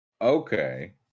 Okay